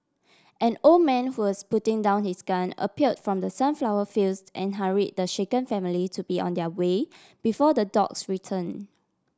an old man who was putting down his gun appear from the sunflower fields and hurry the shaken family to be on their way before the dogs return